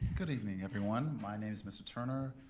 good evening, everyone, my name is mr. turner.